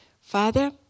Father